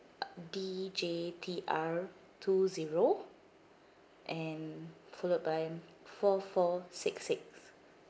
ugh D J T R two zero and followed by four four six six